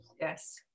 Yes